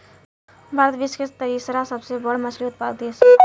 भारत विश्व के तीसरा सबसे बड़ मछली उत्पादक देश ह